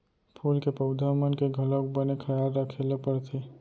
फूल के पउधा मन के घलौक बने खयाल राखे ल परथे